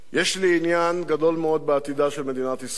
יש לי עניין גדול מאוד בעתידה של מדינת ישראל,